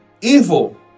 evil